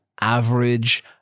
average